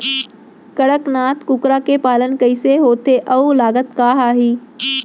कड़कनाथ कुकरा के पालन कइसे होथे अऊ लागत का आही?